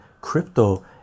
crypto